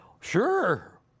sure